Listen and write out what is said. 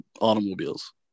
automobiles